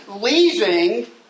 leaving